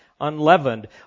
unleavened